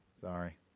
Sorry